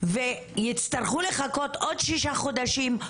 ויצטרכו לחכות עוד שישה חודשים,